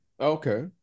Okay